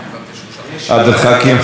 חבר הכנסת יואל חסון,